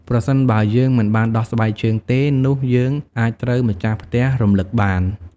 ប្រសិនបើយើងមិនបានដោះស្បែកជើងទេ នោះយើងអាចត្រូវម្ចាស់ផ្ទះរំឭកបាន។